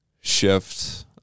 shift